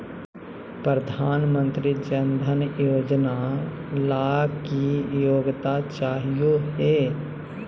प्रधानमंत्री जन धन योजना ला की योग्यता चाहियो हे?